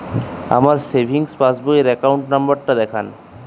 আমার সেভিংস পাসবই র অ্যাকাউন্ট নাম্বার টা দেখান?